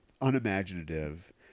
unimaginative